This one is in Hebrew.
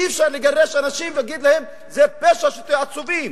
אי-אפשר לגרש אנשים ולהגיד להם: זה פשע שתהיו עצובים,